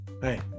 hey